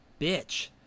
bitch